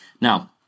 Now